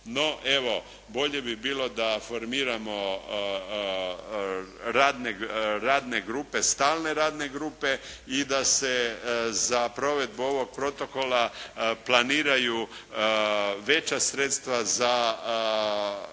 No evo, bolje bi bilo da formiramo stalne radne grupe i da se za provedbu ovog protokola planiraju veća sredstva za